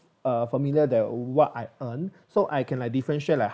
uh familiar the what I earn so I can like differentiate like